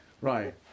Right